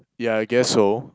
ya I guess so